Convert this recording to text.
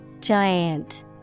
Giant